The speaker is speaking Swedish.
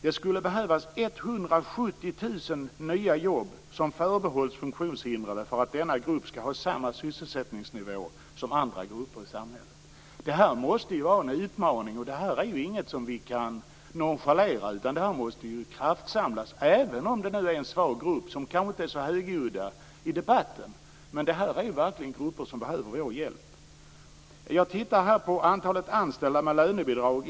Det skulle behövas 170 000 nya jobb som förbehålls funktionshindrade för att denna grupp skall ha samma sysselsättningsnivå som andra grupper i samhället. Det måste vara en utmaning. Det är inget som vi kan nonchalera. Det måste kraftsamlas även om detta är en svag grupp som kanske inte är så högljudd i debatten. Men detta är verkligen en grupp som behöver vår hjälp. Jag tittar på antalet anställda med lönebidrag.